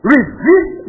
Resist